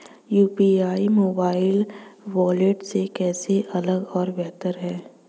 UPI mobile wallet से कैसे अलग और बेहतर है?